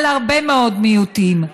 על הרבה מאוד מיעוטים.